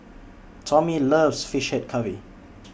Tommie loves Fish Head Curry